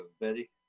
Betty